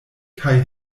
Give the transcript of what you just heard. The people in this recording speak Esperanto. kaj